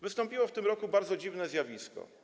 Wystąpiło w tym roku bardzo dziwne zjawisko.